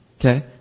Okay